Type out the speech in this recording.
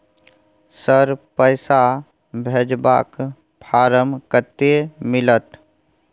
Sir, पैसा भेजबाक form कत्ते मिलत?